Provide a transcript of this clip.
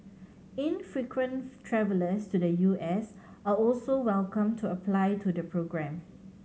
infrequent travellers to the U S are also welcome to apply to the programme